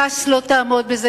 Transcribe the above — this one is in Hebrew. ש"ס לא תעמוד בזה,